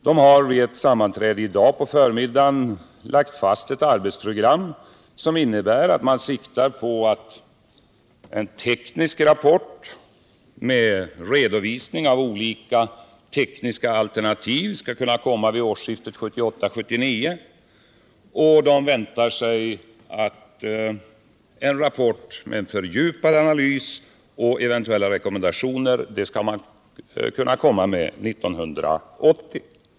Den har vid ett sammanträde i dag på förmiddagen lagt fast ett arbetsprogram. Man siktar på att en teknisk rapport, med redovisning av olika tekniska alternativ, skall kunna framläggas vid årsskiftet 1978-1979, och man väntar sig att man skall kunna komma med en rapport med en fördjupad analys och eventuella rekommendationer 1980.